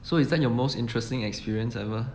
so is that your most interesting experience ever